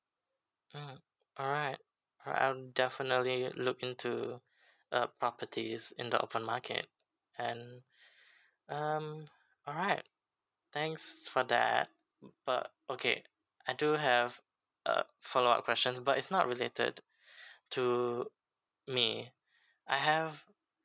mm alright alright I'll definitely look into uh properties in the open market and um alright thanks for that but okay I do have uh follow up questions but it's not related to me I have